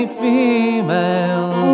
female